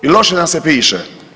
I loše nam se piše.